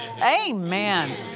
Amen